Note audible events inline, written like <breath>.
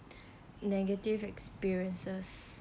<breath> negative experiences